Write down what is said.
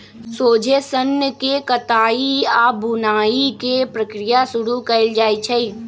सोझे सन्न के कताई आऽ बुनाई के प्रक्रिया शुरू कएल जाइ छइ